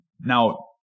now